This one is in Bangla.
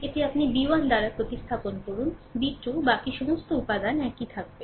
এটি আপনি b 1 দ্বারা প্রতিস্থাপন করুন b 2 বাকি সমস্ত উপাদান একই থাকবে